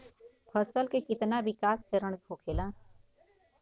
फसल के कितना विकास चरण होखेला?